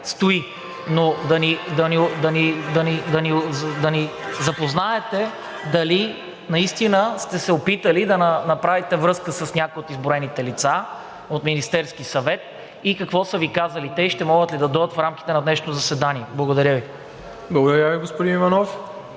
стои, но да ни запознаете дали наистина сте се опитали да направите връзка с някои от изброените лица от Министерския съвет и какво са Ви казали те, и ще могат ли да дойдат в рамките на днешното заседание. Благодаря Ви. ПРЕДСЕДАТЕЛ МИРОСЛАВ ИВАНОВ: